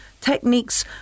techniques